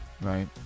right